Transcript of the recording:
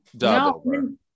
No